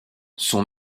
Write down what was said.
sont